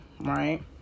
right